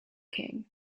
king